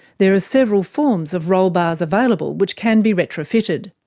there are several forms of roll bars available, which can be retrofitted.